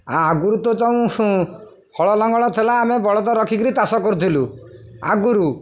ଆ ଆଗରୁ ତ ଯେଉଁ ହଳ ଲଙ୍ଗଳ ଥିଲା ଆମେ ବଳଦ ରଖିକରି ଚାଷ କରୁଥିଲୁ ଆଗରୁ